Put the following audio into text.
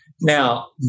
Now